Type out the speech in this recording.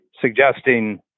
suggesting